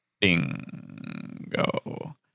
Bingo